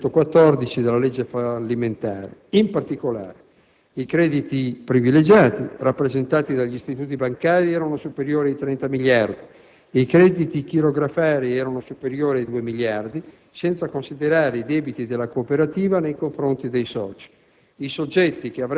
articolo 214 della legge fallimentare). In particolare: i crediti privilegiati (rappresentati dagli istituti bancari) erano superiori ai 30 miliardi; i crediti chirografari erano superiori ai 2 miliardi (senza considerare i debiti della cooperativa nei confronti dei soci);